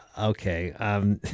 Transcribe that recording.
Okay